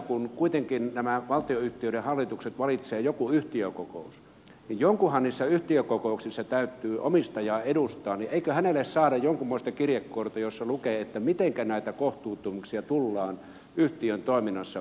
kun kuitenkin nämä valtionyhtiöiden hallitukset valitsee jokin yhtiökokous niin jonkunhan niissä yhtiökokouksissa täytyy omistajaa edustaa ja eikö hänelle saada jonkinmoista kirjekuorta jossa lukee miten näitä kohtuuttomuuksia tullaan yhtiön toiminnassa välttämään